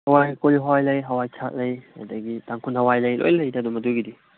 ꯍꯋꯥꯏ ꯀꯣꯂꯤꯍꯋꯥꯏ ꯂꯩ ꯍꯋꯥꯏꯊ꯭ꯔꯥꯛ ꯂꯩ ꯑꯗꯒꯤ ꯇꯥꯈꯨꯜ ꯍꯋꯥꯏ ꯂꯩ ꯂꯣꯏ ꯂꯩꯗ ꯑꯗꯨꯝ ꯑꯗꯨꯒꯤꯗꯤ